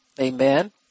amen